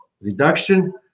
reduction